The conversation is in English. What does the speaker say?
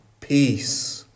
peace